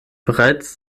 bereits